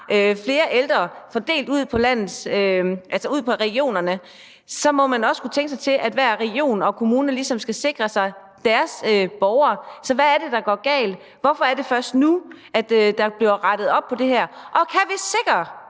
flere ældre fordelt ud i regionerne, må man også kunne tænke sig til, at hver region og kommune ligesom skal sikre deres borgere. Så hvad er det, der går galt? Hvorfor er det først nu, der bliver rettet op på det her? Og kan vi være